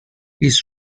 his